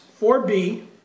4B